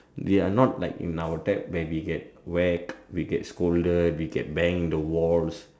they are not like in our time where we get whacked we get scolded we get banged in the walls